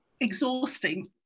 Exhausting